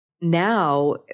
now